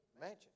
Mansion